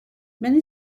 many